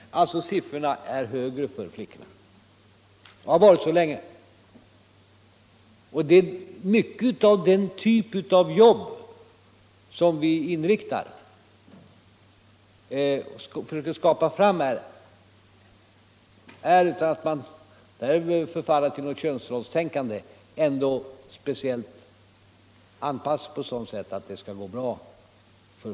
Siffrorna är alltså högre för flickorna, och det har länge varit så. De jobb som vi inriktar våra försök på att skapa är — utan att vi därför behövt förfalla till något könsrollstänkande — speciellt anpassade för att flickorna skall kunna ta dem.